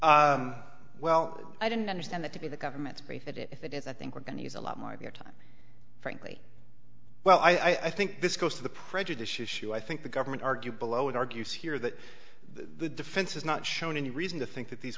sure well i didn't understand that to be the government's brief that if it is i think we're going to use a lot more of your time frankly well i think this goes to the prejudice issue i think the government argued below it argues here that the defense has not shown any reason to think that these